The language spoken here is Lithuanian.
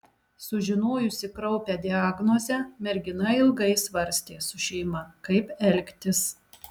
sužinojusi kraupią diagnozę mergina ilgai svarstė su šeima kaip elgtis